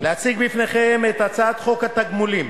להציג בפניכם את הצעת חוק התגמולים